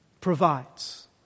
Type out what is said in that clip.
provides